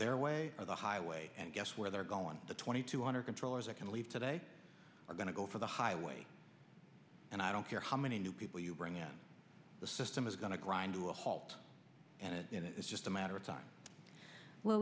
their way or the highway and guess where they're going the twenty two hundred controllers i can leave today are going to go for the highway and i don't care how many new people you bring up the system is going to grind to a halt and it's just a matter of time well